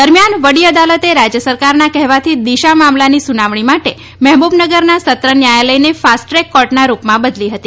દરમ્યાન વડી અદાલતે રાજ્ય સરકારના કહેવાથી દિશા મામલાની સુનાવણી માટે મેહબૂબનગરનાં સત્ર ન્યાયાલયને ફાસ્ટ ટ્રેક કોર્ટના રૂપમાં બદલી હતી